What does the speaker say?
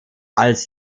als